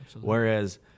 Whereas